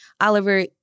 Oliver